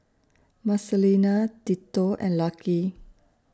Marcelina Tito and Lucky